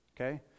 okay